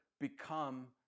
become